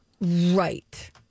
Right